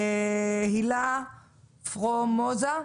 הילה פורמוזה.